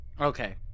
Okay